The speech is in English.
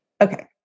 okay